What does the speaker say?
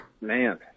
Man